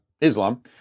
Islam